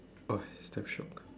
oh it's damn shiok